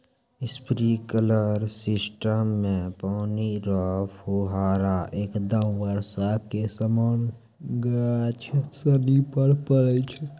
sprinkler system मे पानी रो फुहारा एकदम बर्षा के समान गाछ सनि पर पड़ै छै